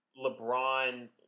LeBron